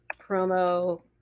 Promo